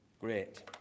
great